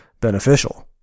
beneficial